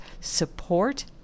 support